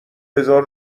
هزار